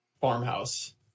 farmhouse